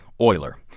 Euler